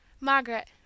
Margaret